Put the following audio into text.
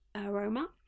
aroma